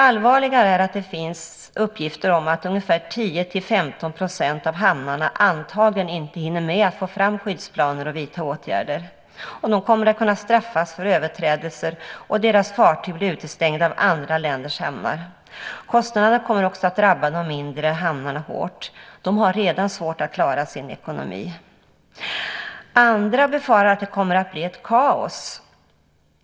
Allvarligare är att det finns uppgifter om att 10-15 % av hamnarna antagligen inte hinner med att få fram skyddsplaner och vidta åtgärder. De kommer att kunna straffas för överträdelse, och deras fartyg bli utestängda av andra länders hamnar. Kostnaderna kommer att drabba de mindre hamnarna hårt. De har redan svårt att klara sin ekonomi. Andra befarar att det kommer att bli kaos.